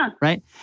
right